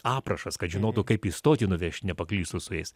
aprašas kad žinotų kaip į stotį nuvešt nepaklystų su jais